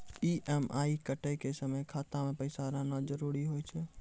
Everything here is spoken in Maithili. ई.एम.आई कटै के समय खाता मे पैसा रहना जरुरी होय छै